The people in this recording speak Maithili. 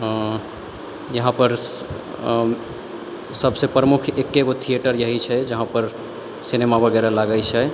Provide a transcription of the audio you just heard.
यहाँपर सबसँ प्रमुख एक्के गो थिएटर यही छै जहाँपर सिनेमा वगैरह लागै छै